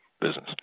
business